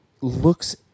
looks